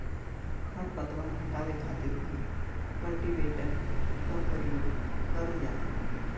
खर पतवार हटावे खातिर भी कल्टीवेटर क परियोग करल जाला